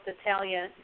Italian